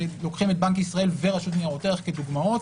שלוקחים את בנק ישראל ורשות ניירות ערך לדוגמאות